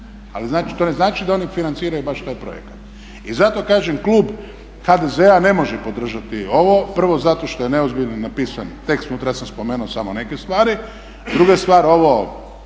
ali to ne znači da oni financiraju baš taj projekat. I zato kažem klub HDZ-a ne može podržati ovo, prvo zato što je neozbiljno napisan tekst unutra, ja sam spomenuo samo neke stvari. Druga stvar, ovo